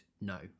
no